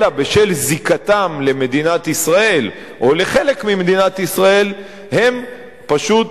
אלא בשל זיקתם למדינת ישראל או לחלק ממדינת ישראל הם פשוט,